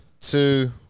two